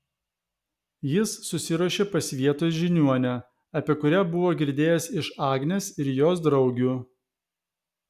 jis susiruošė pas vietos žiniuonę apie kurią buvo girdėjęs iš agnės ir jos draugių